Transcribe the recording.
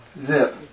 Zip